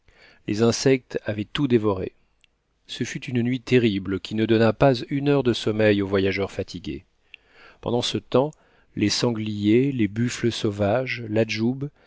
les insectes avaient tout dévoré ce fut une nuit terrible qui ne donna pas une heure de sommeil au voyageur fatigué pendant ce temps les sangliers les buffles sauvages